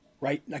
right